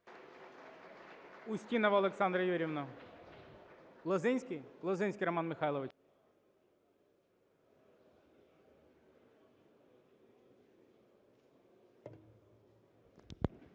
Устінова Олександра Юріївна. Лозинський? Лозинський Роман Михайлович.